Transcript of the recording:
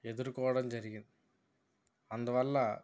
ఎదుర్కోవడం జరిగింది అందువల్ల